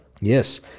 Yes